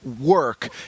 work